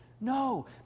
No